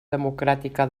democràtica